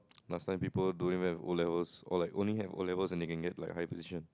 last time people doing well in O-levels or like only have O-levels and they can get like high position